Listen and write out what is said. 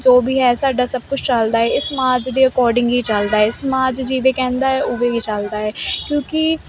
ਜੋ ਵੀ ਹੈ ਸਾਡਾ ਸਭ ਕੁਝ ਚੱਲਦਾ ਹ ਇਹ ਸਮਾਜ ਦੇ ਅਕੋਰਡਿੰਗ ਹੀ ਚੱਲਦਾ ਹ ਸਮਾਜ ਜਿਵੇਂ ਕਹਿੰਦਾ ਉਹ ਵੀ ਚੱਲਦਾ ਹ ਕਿਉਂਕੀ